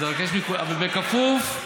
אז אבקש מכולם, בכפוף,